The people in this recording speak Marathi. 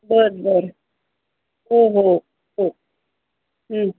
बरं बरं हो हो हो